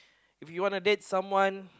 if you wana date someone